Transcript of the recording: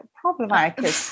Problematic